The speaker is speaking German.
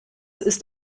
ist